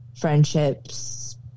friendships